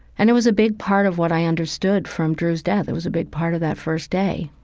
and it was a big part of what i understood from drew's death. it was a big part of that first day,